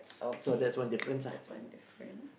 okay so that's one different